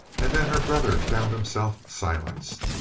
and then her brother found himself silenced.